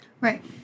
Right